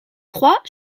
trois